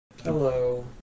Hello